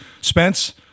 Spence